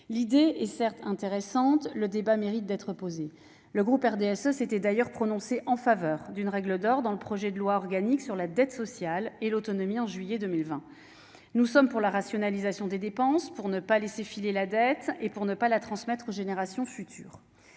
L'idée est intéressante et le débat mérite d'être posé. Le groupe du RDSE s'était d'ailleurs prononcé en faveur d'une règle d'or dans le projet de loi organique relatif à la dette sociale et à l'autonomie en juillet 2020. Nous sommes pour la rationalisation des dépenses, pour ne pas laisser filer la dette et pour ne pas la transmettre aux générations futures.